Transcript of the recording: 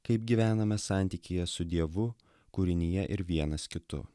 kaip gyvename santykyje su dievu kūrinyje ir vienas kitu